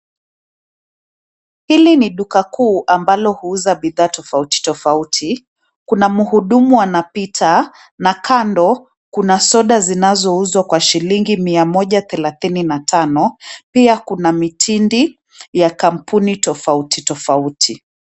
Hili ni duka kuu ambalo huuza bidhaa tofauti, tofauti, kuna mhudumu anapita na kando kuna soda zinazouzwa kwa shilingi mia moja thelathini na tano pia kuna mitindi, ya kampuni tofauti tofauti.